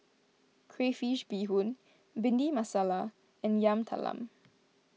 Crayfish BeeHoon Bhindi Masala and Yam Talam